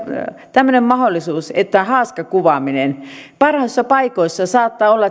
tämmöinen mahdollisuus haaskakuvaamiseen parhaissa paikoissa saattaa olla